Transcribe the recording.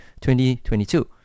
2022